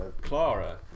Clara